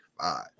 five